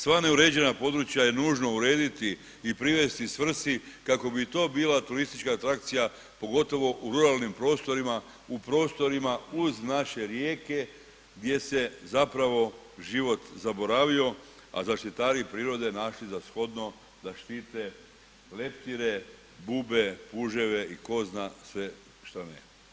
Sva neuređena područja je nužno urediti i privesti svrsi kako bi to bila turistička atrakcija pogotovo u ruralnim prostorima, u prostorima uz naše rijeke gdje se zapravo život zaboravio, a zaštitari prirode našli za shodno da štite leptire, bube, puževe i tko zna sve što ne.